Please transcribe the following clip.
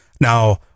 now